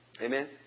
Amen